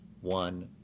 one